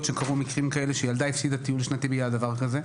שקרו מקרים כאלה שילדה הפסידה טיול שנתי בגלל דבר כזה.